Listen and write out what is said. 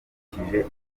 akurikije